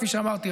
כפי שאמרתי,